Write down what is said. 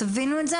תבינו את זה,